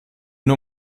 nur